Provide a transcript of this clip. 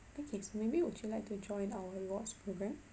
okay so maybe would you like to join our rewards programme